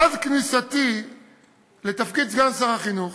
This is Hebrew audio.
מאז כניסתי לתפקיד סגן שר החינוך